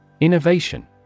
Innovation